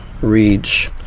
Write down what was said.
reads